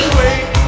wait